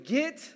get